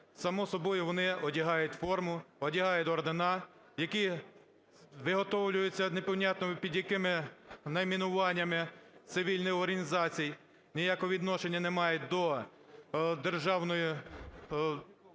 само собою, вони одягають форму, одягають ордени, які виготовлюються непонятно під якими найменуваннями цивільних організацій, ніякого відношення не мають до державної…